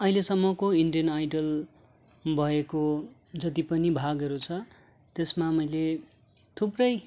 अहिलेसम्मको Indian Idol भएको जति पनि भागहरू छ त्यसमा मैले थुप्रै